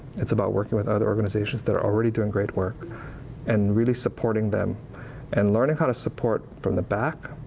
it's about working with other organizations that are already doing great work and really supporting them and learning how to support from the back,